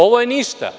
Ovo je ništa.